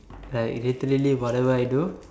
like literally whatever I do